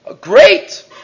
Great